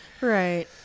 Right